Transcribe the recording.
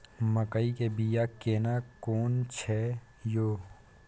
मकई के बिया केना कोन छै यो?